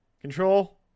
Control